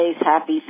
Happy